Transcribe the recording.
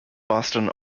boston